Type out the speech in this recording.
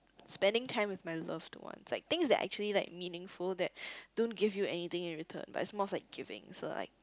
spending time with my loved ones like things that are actually like meaningful that don't give you anything in return but it's more of like giving so like